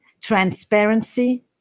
transparency